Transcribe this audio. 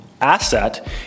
asset